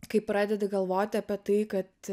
kai pradedi galvoti apie tai kad